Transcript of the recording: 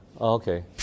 Okay